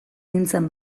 nintzen